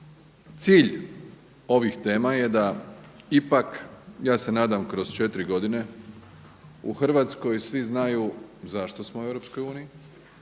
cilj ovih tema je da ipak, ja se nadam kroz 4 godine u Hrvatskoj svi znaju zbog čega smo u Europskoj uniji,